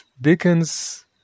Dickens